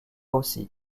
aussi